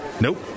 Nope